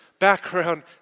background